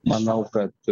manau kad